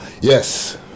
Yes